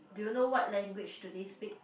do you know what language do they speak